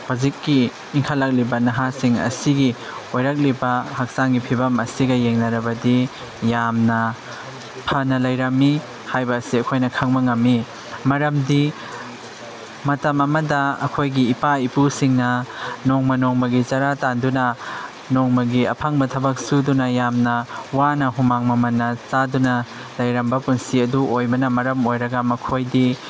ꯍꯧꯖꯤꯛꯀꯤ ꯏꯪꯈꯠꯂꯛꯂꯤꯕ ꯅꯍꯥꯁꯤꯡ ꯑꯁꯤꯒꯤ ꯑꯣꯏꯔꯛꯂꯤꯕ ꯍꯛꯆꯥꯡꯒꯤ ꯐꯤꯕꯝ ꯑꯁꯤꯒ ꯌꯦꯡꯅꯔꯕꯗꯤ ꯌꯥꯝꯅ ꯐꯅ ꯂꯩꯔꯝꯃꯤ ꯍꯥꯏꯕ ꯑꯁꯤ ꯑꯩꯈꯣꯏꯅ ꯈꯪꯕ ꯉꯝꯃꯤ ꯃꯔꯝꯗꯤ ꯃꯇꯝ ꯑꯃꯗ ꯑꯩꯈꯣꯏꯒꯤ ꯏꯄꯥ ꯏꯄꯨꯁꯤꯡꯅ ꯅꯣꯡꯃ ꯅꯣꯡꯃꯒꯤ ꯆꯔꯥ ꯇꯥꯟꯗꯨꯅ ꯅꯣꯡꯃꯒꯤ ꯑꯐꯪꯕ ꯊꯕꯛ ꯁꯨꯗꯨꯅ ꯌꯥꯝꯅ ꯋꯥꯅ ꯍꯨꯃꯥꯡ ꯃꯃꯟꯅ ꯆꯥꯗꯨꯅ ꯂꯩꯔꯝꯕ ꯄꯨꯟꯁꯤ ꯑꯗꯨ ꯑꯣꯏꯕꯅ ꯃꯔꯝ ꯑꯣꯏꯔꯒ ꯃꯈꯣꯏꯗꯤ